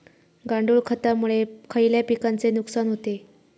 गांडूळ खतामुळे खयल्या पिकांचे नुकसान होते?